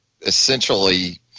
essentially